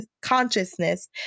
consciousness